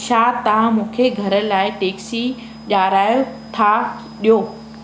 छा तव्हां मूंखे घर लाइ टैक्सी ॾियाराए था ॾियो